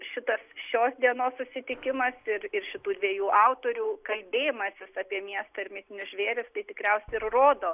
šitas šios dienos susitikimas ir ir šitų dviejų autorių kalbėjimasis apie miestą ir mitinius žvėris tai tikriausiai ir rodo